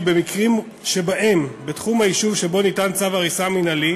כי במקרים שבהם בתחום היישוב שבו ניתן צו הריסה מינהלי